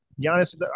Giannis